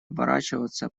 оборачиваться